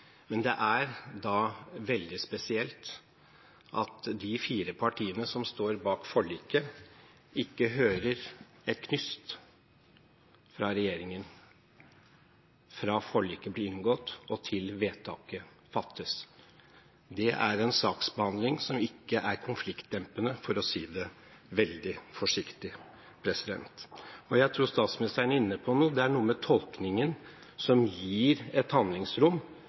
men det er da veldig spesielt at de fire partiene som står bak forliket, ikke hører et knyst fra regjeringen fra forliket ble inngått og til vedtaket fattes. Det er en saksbehandling som ikke er konfliktdempende, for å si det veldig forsiktig. Jeg tror statsministeren er inne på noe, det er noe med tolkningen som gir et handlingsrom,